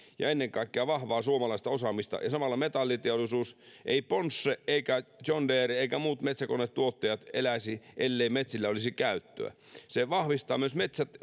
ja ennen kaikkea vahvaa suomalaista osaamista ja samalla metalliteollisuus ei ponsse eikä john deere eivätkä muut metsäkonetuottajat eläisi ellei metsillä olisi käyttöä se vahvistaa myös